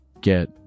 get